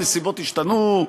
הנסיבות השתנו,